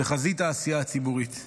בחזית העשייה הציבורית.